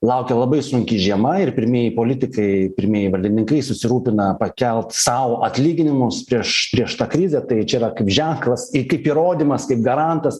laukia labai sunki žiema ir pirmieji politikai pirmieji valdininkai susirūpina pakelti sau atlyginimus prieš prieš tą krizę tai čia yra kaip ženklas ir kaip įrodymas kaip garantas